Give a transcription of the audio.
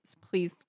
Please